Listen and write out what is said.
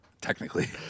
Technically